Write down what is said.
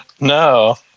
No